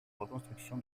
reconstruction